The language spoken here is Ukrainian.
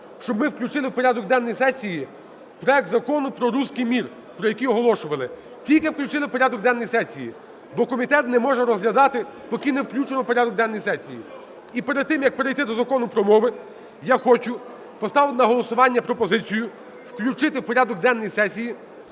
щоб ми включили в порядок денний сесії проект Закону про "русский мир", про який оголошували. Тільки включили в порядок денний сесії, бо комітет не може розглядати, поки не включено в порядок денний сесії. І перед тим, як перейти до Закону про мови, я хочу поставити на голосування пропозицію включити в порядок денний сесії